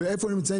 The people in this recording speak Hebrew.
ואיפה הם נמצאים?